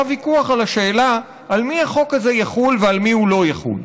היה ויכוח על השאלה על מי החוק הזה יחול ועל מי הוא לא יחול.